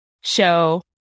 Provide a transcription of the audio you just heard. show